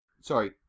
Sorry